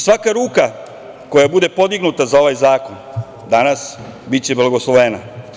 Svaka ruka koja bude podignuta za ovaj zakon danas biće blagoslovena.